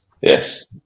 Yes